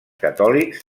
catòlics